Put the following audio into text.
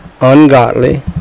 ungodly